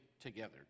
together